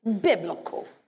biblical